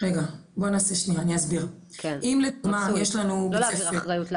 רגע אני אסביר -- כן רצוי לא להעביר אחריות לאחרים.